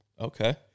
Okay